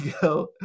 go